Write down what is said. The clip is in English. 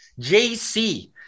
JC